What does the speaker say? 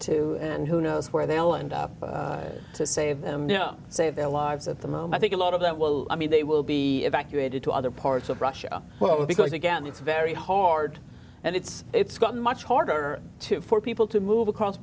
too and who knows where they'll end up to save them no save their lives at the moment think a lot of that will i mean they will be evacuated to other parts of russia well because again it's very hard and it's it's got much harder to for people to move across